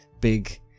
big